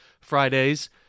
Fridays